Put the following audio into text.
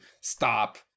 stop